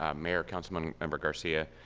um mayor, councilmember garcia,